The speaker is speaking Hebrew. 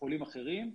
חולים אחרים.